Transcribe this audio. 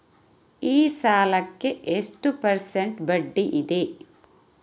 ಈ ಸಾಲಕ್ಕೆ ಎಷ್ಟು ಪರ್ಸೆಂಟ್ ಬಡ್ಡಿ ಇದೆ?